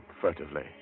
furtively